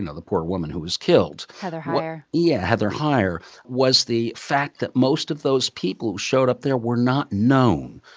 and the poor woman who was killed. heather heyer yeah, heather heyer was the fact that most of those people who showed up there were not known.